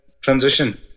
transition